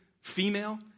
female